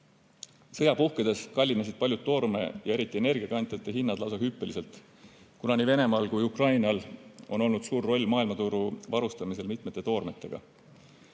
Sõja puhkedes kallinesid paljud toorme ja eriti energiakandjate hinnad lausa hüppeliselt, kuna nii Venemaal kui Ukrainal on olnud suur roll maailmaturu varustamisel mitmete toormetega.